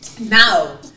Now